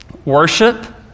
Worship